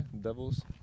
Devils